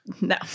No